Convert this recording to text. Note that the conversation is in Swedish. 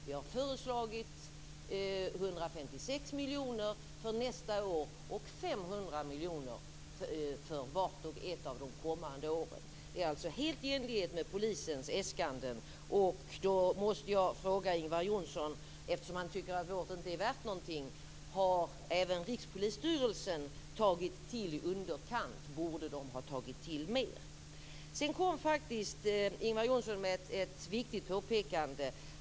Vi har föreslagit 156 miljoner för nästa år och 500 miljoner för vart och ett av de kommande åren. Det är alltså helt i enlighet med polisens äskande, och då måste jag fråga Ingvar Johnsson, eftersom han tycker att vårt förslag inte är värt någonting: Har även Rikspolisstyrelsen tagit till i underkant? Borde de ha tagit till mer? Sedan kom faktiskt Ingvar Johnsson med ett viktigt påpekande.